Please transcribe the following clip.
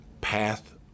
path